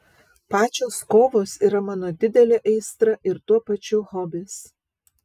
pačios kovos yra mano didelė aistra ir tuo pačiu hobis